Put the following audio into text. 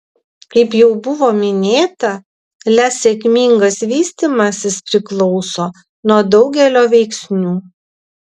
kaip jau buvo minėta lez sėkmingas vystymasis priklauso nuo daugelio veiksnių